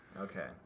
Okay